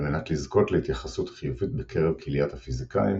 על מנת לזכות להתייחסות חיובית בקרב קהיליית הפיזיקאים